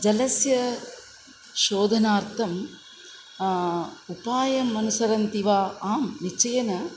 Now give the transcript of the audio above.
जलस्य शोधनार्थंम् उपायम् अनुसरन्ति वा आम् निश्चयेन